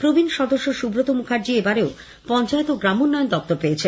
প্রবীণ সদস্য সুব্রত মুখার্জী এবারেও পঞ্চায়েত ও গ্রামোন্নয়ন দফতর পেয়েছেন